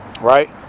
right